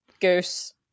goose